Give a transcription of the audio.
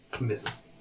Misses